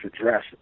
address